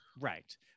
Right